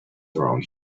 around